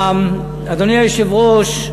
אדוני היושב-ראש,